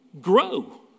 grow